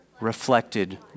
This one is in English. Reflected